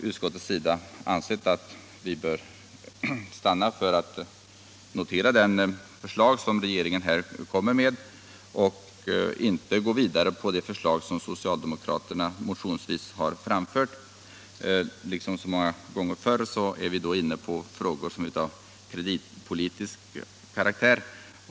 Utskottet har ansett att man bör stanna för de förslag som regeringen här kommer med och inte gå vidare med de förslag som socialdemokraterna motionsvis har framfört. Liksom så många gånger förr är vi då inne på frågor av kreditpolitisk karaktär.